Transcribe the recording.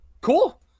cool